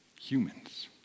humans